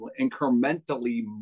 incrementally